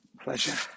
pleasure